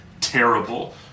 terrible